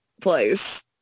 place